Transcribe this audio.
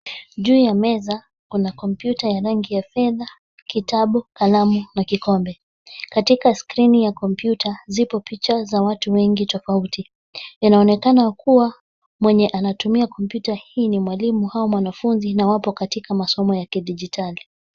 Juu ya meza kuna kompyuta ya rangi ya fedha, kitabu, kalamu na kikombe. Katika skiri ya kompyuta ziko picha za watu wengi tofauti, yanaonekana kuwa mwenye anatumia kompyuta hii ni mwalimu au mwanafunzi na wapo katika masomo ya kidigitali.